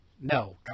No